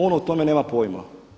On o tome nema pojma.